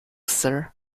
sir